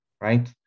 right